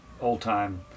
old-time